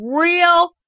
real